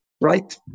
right